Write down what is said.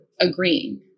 agreeing